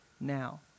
now